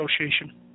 association